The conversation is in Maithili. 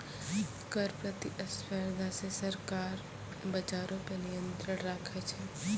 कर प्रतिस्पर्धा से सरकार बजारो पे नियंत्रण राखै छै